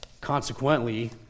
Consequently